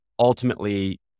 Ultimately